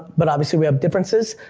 but obviously we have differences.